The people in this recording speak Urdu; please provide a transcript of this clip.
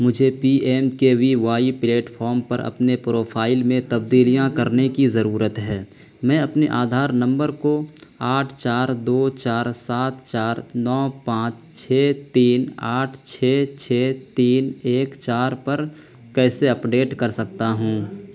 مجھے P M K V Y platform پر اپنے پروفائل میں تبدیلیاں کرنے کی ضرورت ہے میں اپنے آدھار نمبر کو آٹھ چار دو چار سات چار نو پانچ چھ تین آٹھ چھ چھ تین ایک چار پر کیسے اپڈیٹ کر سکتا ہوں